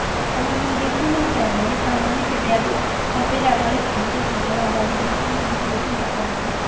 अब अलिक बेसी नै उठायो भने अलिक राम्रो फेरि अब सबैले अब अलिक खान्छै खान्छ हो अन्त अलिक बेसी नै बेसी बेसी उठाएको राम्रो